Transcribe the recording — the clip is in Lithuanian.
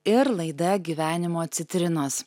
ir laida gyvenimo citrinos